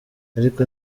ariko